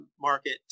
market